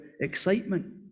excitement